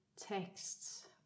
texts